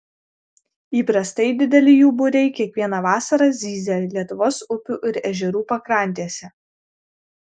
įprastai dideli jų būriai kiekvieną vasarą zyzia lietuvos upių ir ežerų pakrantėse